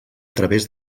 través